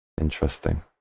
interesting